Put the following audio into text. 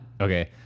okay